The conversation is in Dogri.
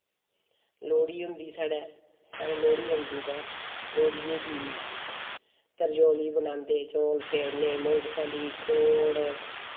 लोह्ड़ी होंदी साढ़ै साढ़ै लोह्ड़ी औंदी तां लोह्ड़ियै गी तरचौली बनांदे चौल सेड़ने मुंगफली खोड़